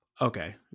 okay